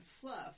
fluff